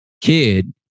kid